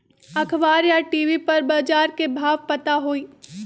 अखबार या टी.वी पर बजार के भाव पता होई?